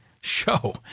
show